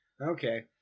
Okay